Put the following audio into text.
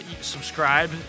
subscribe